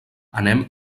anem